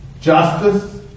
Justice